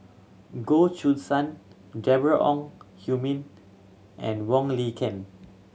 Goh Choo San Deborah Ong Hui Min and Wong Lin Ken